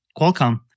Qualcomm